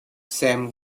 sam